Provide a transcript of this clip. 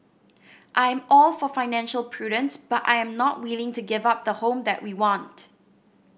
I'm all for financial prudence but I am not willing to give up the home that we want